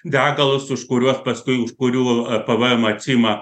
degalus už kuriuos paskui iš kurių pėvėemą atsiima